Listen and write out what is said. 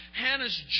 Hannah's